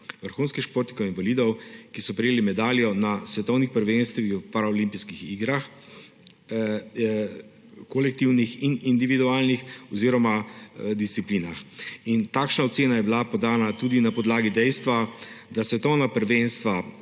vrhunskih športnikov invalidov, ki so prejeli medaljo na svetovnih prvenstvih in paraolimpijskih igrah v kolektivnih in individualnih disciplinah. In takšna ocena je bila podana tudi na podlagi dejstva, da svetovna prvenstva